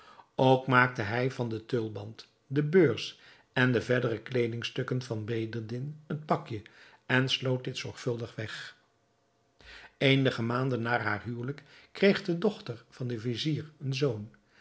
ook maakte hij van den tulband de beurs en de verdere kleedingstukken van bedreddin een pakje en sloot dit zorgvuldig weg eenige maanden na haar huwelijk kreeg de dochter van den vizier een zoon